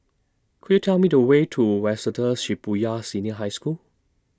Could YOU Tell Me The Way to Waseda Shibuya Senior High School